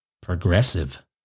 progressive